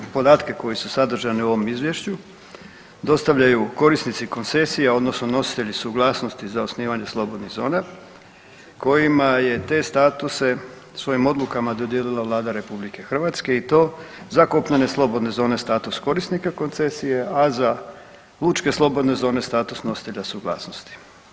Podatke koji su sadržani u ovom izvješću dostavljaju korisnici koncesija odnosno nositelji suglasnosti za osnivanje slobodnih zona kojima je te statuse svojim odlukama dodijelila Vlada RH i to za kopnene slobodne zone status korisnika koncesije, a za lučke slobodne zone status nositelja suglasnosti.